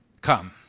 Come